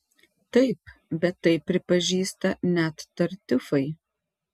taip bet tai pripažįsta net tartiufai